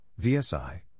VSI